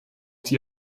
die